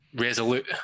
resolute